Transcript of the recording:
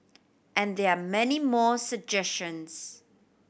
and there are many more suggestions